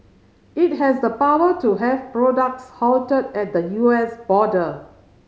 it has the power to have products halted at the U S border